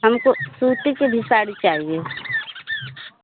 हमको सूती की भी साड़ी चाहिए